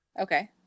okay